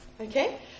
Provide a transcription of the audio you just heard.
Okay